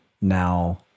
now